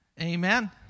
Amen